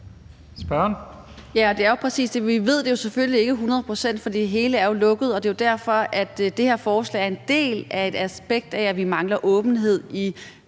(UFG): Ja, det er jo præcis sådan, at vi ikke ved det 100 pct., for det hele er lukket, og det er derfor, at det her forslag er en del af et aspekt af, at vi mangler åbenhed i